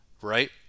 right